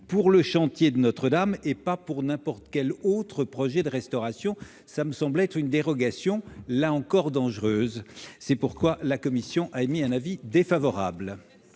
pour le chantier de Notre-Dame de Paris et pas pour n'importe quel autre projet de restauration ? Là encore, cela me semble être une dérogation dangereuse. C'est pourquoi la commission a émis un avis défavorable